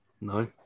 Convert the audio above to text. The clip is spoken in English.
no